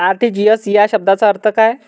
RTGS या शब्दाचा अर्थ काय?